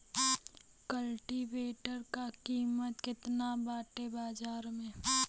कल्टी वेटर क कीमत केतना बाटे बाजार में?